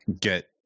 get